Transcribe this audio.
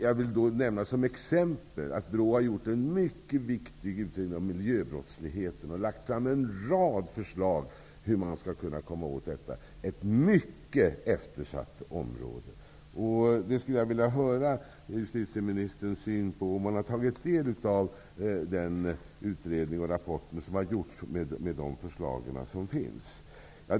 Jag vill som exempel nämna att BRÅ har gjort en mycket viktig utredning om miljöbrottsligheten och lagt fram en rad förslag om hur man skall komma åt den. Det är ett mycket eftersatt område. Jag skulle vilja höra justitieministerns syn på detta, om man tagit del av denna utredning, de rapporter som gjorts och de förslag som finns.